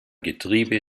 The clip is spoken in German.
getriebe